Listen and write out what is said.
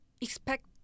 expect